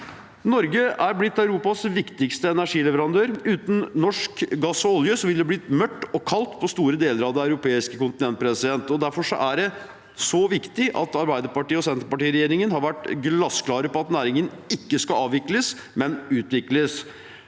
Norge er blitt Europas viktigste energileverandør. Uten norsk gass og olje ville det blitt mørkt og kaldt på store deler av det europeiske kontinentet. Derfor er det så viktig at Arbeiderparti–Senterparti-regjeringen har vært glassklar på at næringen ikke skal avvikles, men utvikles